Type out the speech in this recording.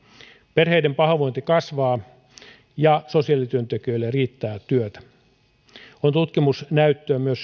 perheiden pahoinvointi kasvaa ja sosiaalityöntekijöillä riittää työtä on tutkimusnäyttöä myös